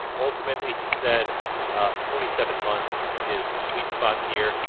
ultimately, he said ah forty seven months is the sweet spot here.